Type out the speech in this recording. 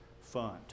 Fund